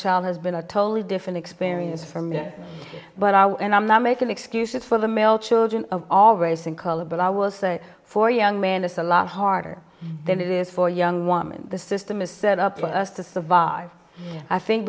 child has been a totally different experience for me but i and i'm not making excuses for the male children of all race and color but i will say for young man it's a lot harder than it is for young women the system is set up with us to survive i think